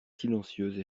silencieuse